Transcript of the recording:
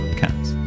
cats